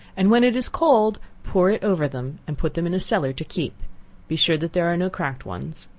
and when it is cold, pour it over them, and put them in a cellar to keep be sure that there are no cracked ones.